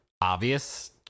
obvious